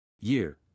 Year